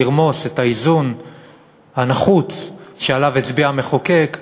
לרמוס את האיזון הנחוץ שעליו הצביע המחוקק,